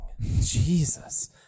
Jesus